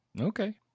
Okay